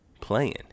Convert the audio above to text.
playing